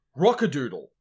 Rockadoodle